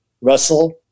Russell